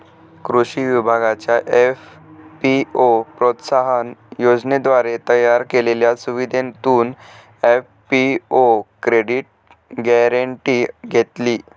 कृषी विभागाच्या एफ.पी.ओ प्रोत्साहन योजनेद्वारे तयार केलेल्या सुविधेतून एफ.पी.ओ क्रेडिट गॅरेंटी घेतली